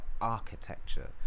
architecture